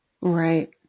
right